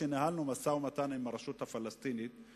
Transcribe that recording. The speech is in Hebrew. שניהלנו משא-ומתן עם הרשות הפלסטינית,